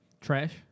Trash